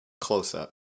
Close-up